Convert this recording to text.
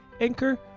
Anchor